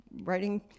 writing